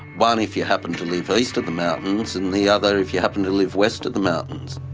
one if you happen to live east of the mountains, and the other if you happen to live west of the mountains.